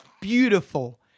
beautiful